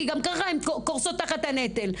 כי גם כך הן קורסות תחת הנטל.